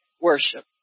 worship